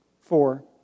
Four